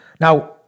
Now